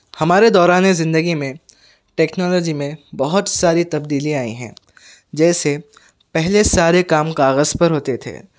ہمارے دوران زندگی میں ٹیکنالوجی میں بہت ساری تبدیلیاں آئی ہیں جیسے پہلے سارے کام کاغذ پر ہوتے تھے